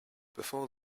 before